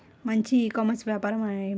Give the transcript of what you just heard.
మంచి e commerce వ్యాపారం ఏమిటీ?